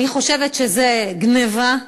אני חושבת שזו גנבה.